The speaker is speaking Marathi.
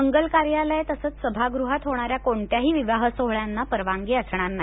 मंगल कार्यालय तसंच सभागृहात होणाऱ्या कोणत्याही विवाह सोहळ्यांना परवानगी असणार नाही